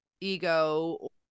ego